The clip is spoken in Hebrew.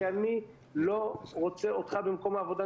כי אני לא רוצה אתכם במקום העבודה,